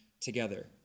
together